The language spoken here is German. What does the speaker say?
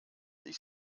ich